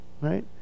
Right